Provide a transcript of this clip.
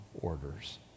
orders